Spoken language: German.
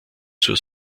zur